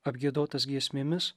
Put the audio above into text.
apgiedotas giesmėmis